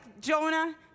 Jonah